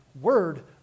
word